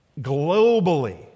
Globally